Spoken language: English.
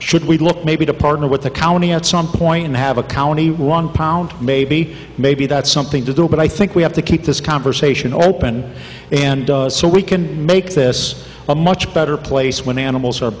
should we look maybe to partner with the county at some point and have a county one pound maybe maybe that's something to do but i think we have to keep this conversation open and does so we can make this a much better place when animals are